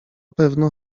pewno